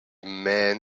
man